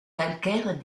calcaires